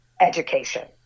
education